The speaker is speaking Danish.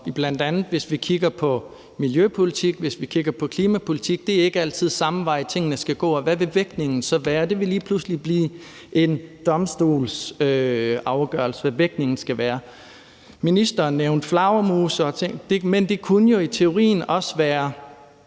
bl.a. hvis vi kigger på miljøpolitikken, og hvis vi kigger på klimapolitikken. Det er ikke altid den samme vej, tingene skal gå, og hvad vil vægtningen så være? Det vil lige pludselig blive en domstolsafgørelse, hvad vægtningen skal være. Ministeren nævnte flagermus, og det var faktisk et